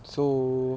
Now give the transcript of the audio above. so